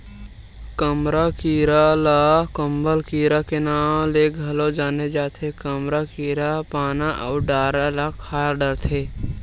कमरा कीरा ल कंबल कीरा के नांव ले घलो जाने जाथे, कमरा कीरा पाना अउ डारा ल खा डरथे